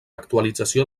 actualització